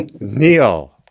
Neil